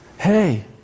Hey